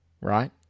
right